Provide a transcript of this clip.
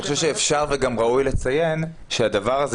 אני חושב שאשר וגם ראוי לציין שהדבר הזה